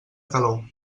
calor